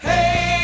Hey